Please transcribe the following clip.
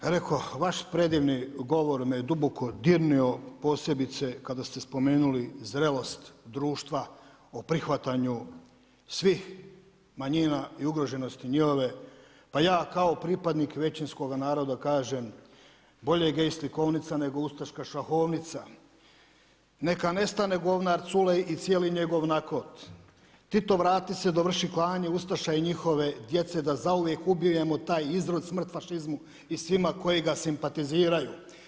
Reko, vaš predivni govor me je duboko dirnuo, posebice kada ste spomenuli zrelost društva o prihvaćanju svih manjina i ugroženosti njihove, pa ja kao pripadnik većinskoga naroda kažem, bolje gay slikovnica nego ustaška šahovnica, neka nestane govnar Culej i cijeli njegov nakot, Tito vrati se, dovrši klanje ustaša i njihove djece da zauvijek ubijemo taj izrod, smrt fašizmu i svima koji ga simpatiziraju.